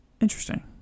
Interesting